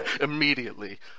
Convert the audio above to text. immediately